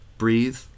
Breathe